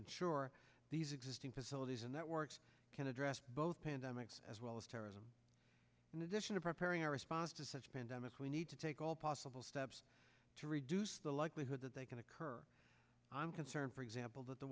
ensure these existing facilities and that works can address both pandemics as well as terrorism in addition to preparing our response to such a pandemic we need to take all possible steps to reduce the likelihood that they can occur i'm concerned for example that the